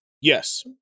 Yes